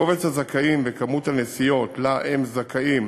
קובץ הזכאים וכמות הנסיעות שלה הם זכאים